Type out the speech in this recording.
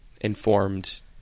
informed